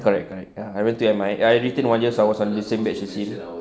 correct correct ya I went to M_I I retain one year so I was on the same batch as him